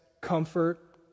comfort